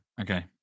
Okay